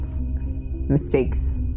mistakes